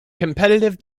competitive